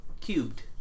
Cubed